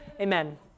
amen